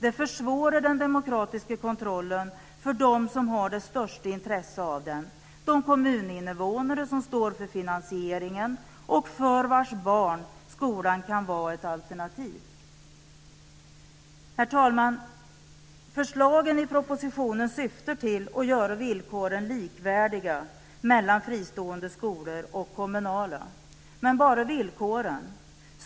Det försvårar den demokratiska kontrollen för dem som har det största intresse av den - de kommuninnevånare som står för finansieringen och för vars barn skolan kan vara ett alternativ. Herr talman! Förslagen i propositionen syftar till att göra villkoren likvärdiga mellan fristående skolor och kommunala - men bara villkoren.